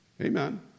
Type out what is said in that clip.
Amen